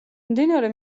მდინარე